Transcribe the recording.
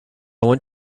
want